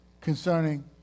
concerning